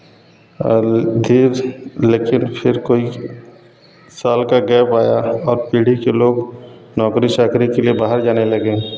और लेकिन फिर कोई साल का गैप आया और पीढ़ी के लोग नौकरी चाकरी के लिए बाहर जाने लगे